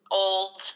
old